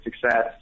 success